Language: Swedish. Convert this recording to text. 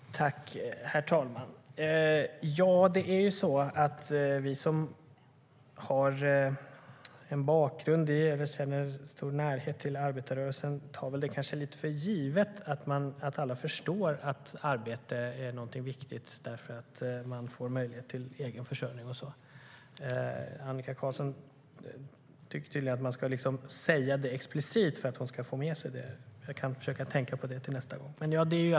STYLEREF Kantrubrik \* MERGEFORMAT ArbetsmarknadspolitikAnnika Qarlsson tycker tydligen att man ska säga det explicit för att man ska få med sig det. Jag ska försöka tänka på det till nästa gång.